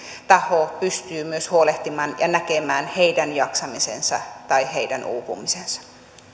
taho pystyy myös huolehtimaan ja näkemään heidän jaksamisensa tai heidän uupumisensa